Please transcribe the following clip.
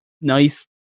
nice